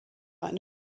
eine